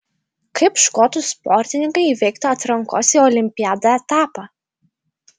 kaip škotų sportininkai įveiktų atrankos į olimpiadą etapą